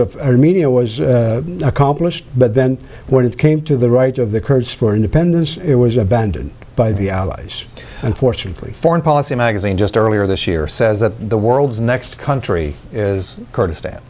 the media was accomplished but then when it came to the rights of the kurds for independence it was abandoned by the allies unfortunately foreign policy magazine just earlier this year says that the world's next country is kurdistan